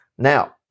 Now